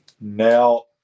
Now